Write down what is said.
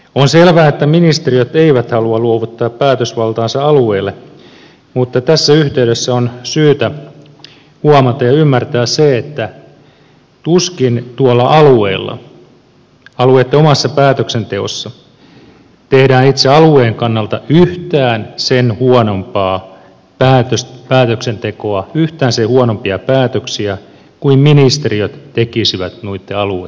on selvää että ministeriöt eivät halua luovuttaa päätösvaltaansa alueille mutta tässä yhteydessä on syytä huomata ja ymmärtää se että tuskin tuolla alueilla alueitten omassa päätöksenteossa tehdään itse alueen kannalta yhtään sen huonompaa päätöksentekoa yhtään sen huonompia päätöksiä kuin ministeriöt tekisivät noitten alueitten kannalta